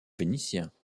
vénitiens